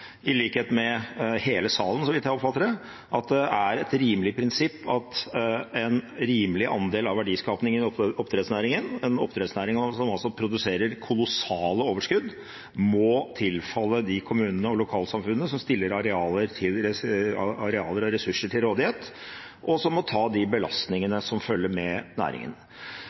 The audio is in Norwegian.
i likhet med hele salen, så vidt jeg oppfatter det – at det er et rimelig prinsipp at en rimelig andel av verdiskapingen i oppdrettsnæringen, en oppdrettsnæring som altså produserer kolossale overskudd, må tilfalle de kommunene og lokalsamfunnene som stiller arealer og ressurser til rådighet, og som må ta de belastningene som følger med næringen.